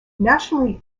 nationally